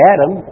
Adam